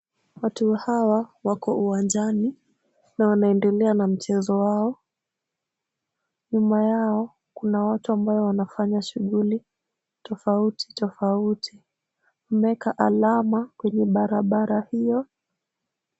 Watu hawa wako uwanjani na wanaendelea na mchezo wao. Nyuma yao kuna watu ambao wanafanya shughuli tofauti tofauti. Wameeka alama kwenye barabara hiyo.